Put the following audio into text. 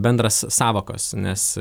bendras sąvokos nes